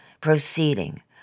proceeding